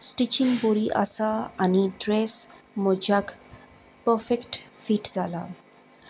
stitching बरी आसा आनी ड्रेस म्हज्याक पफेक्ट फीट जाला